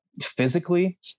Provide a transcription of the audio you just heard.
physically